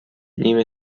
نیمه